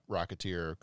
Rocketeer